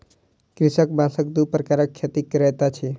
कृषक बांसक दू प्रकारक खेती करैत अछि